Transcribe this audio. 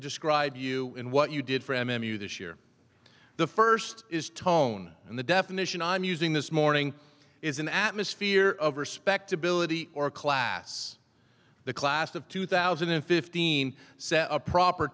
describe you and what you did for m m u this year the first is tone and the definition i'm using this morning is an atmosphere of respectability or class the class of two thousand and fifteen a proper